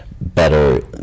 better